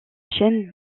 chaîne